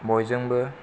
बयजोंबो